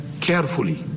carefully